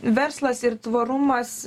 verslas ir tvarumas